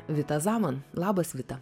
vita zaman labas vita